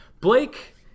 Blake